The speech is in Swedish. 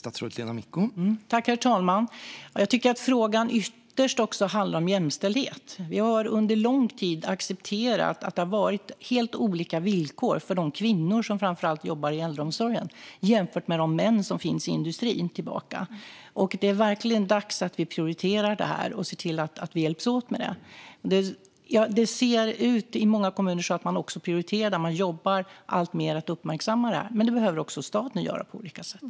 Herr talman! Jag tycker att frågan ytterst handlar om jämställdhet. Vi har under lång tid accepterat att det har varit helt olika villkor för de kvinnor som arbetar inom äldreomsorgen och de män som finns i industrin. Det är verkligen dags att prioritera detta och att vi hjälps åt med det. I många kommuner prioriterar man det. Man jobbar alltmer med att uppmärksamma det, men det behöver också staten göra på olika sätt.